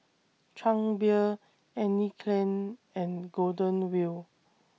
Chang Beer Anne Klein and Golden Wheel